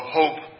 hope